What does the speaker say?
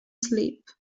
sleep